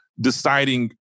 deciding